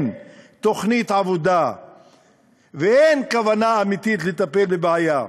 תוכנית עבודה ואין כוונה אמיתית לטפל בבעיה.